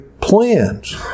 plans